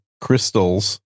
crystals